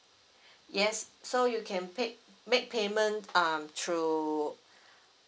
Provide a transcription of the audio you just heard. yes so you can pick make payment um through